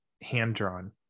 hand-drawn